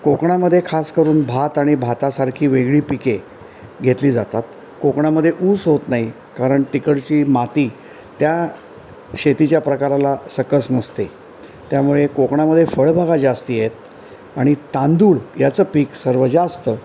कोकणामध्ये खासकरून भात आणि भातासारखी वेगळी पिके घेतली जातात कोकणामध्ये ऊस होत नाही कारण तिकडची माती त्या शेतीच्या प्रकाराला सकस नसते त्यामुळे कोकणामध्ये फळबागा जास्ती आहेत आणि तांदूळ याचं पीक सर्व जास्त